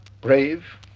brave